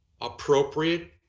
appropriate